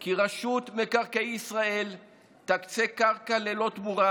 כי רשות מקרקעי ישראל תקצה קרקע ללא תמורה